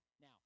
Now